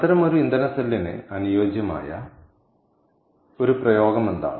അത്തരമൊരു ഇന്ധന സെല്ലിന് അനുയോജ്യമായ ഒരു പ്രയോഗം എന്താണ്